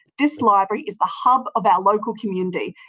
this library is the hub of our local community.